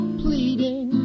pleading